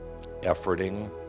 efforting